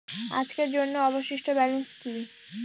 আজকের জন্য অবশিষ্ট ব্যালেন্স কি?